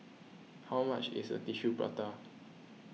how much is a Tissue Prata